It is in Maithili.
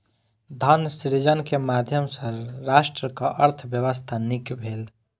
धन सृजन के माध्यम सॅ राष्ट्रक अर्थव्यवस्था नीक भेल